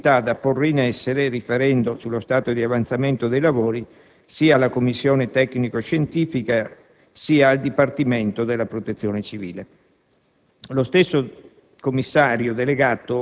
ha inoltre predisposto i cronoprogrammi delle attività da porre in essere, riferendo sullo stato di avanzamento dei lavori sia alla commissione tecnico-scientifica, sia al Dipartimento della protezione civile.